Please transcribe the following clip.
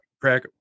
crack